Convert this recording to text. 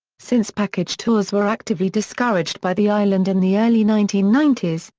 since package tours were actively discouraged by the island in the early nineteen ninety s,